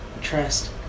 Trust